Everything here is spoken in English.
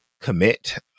commit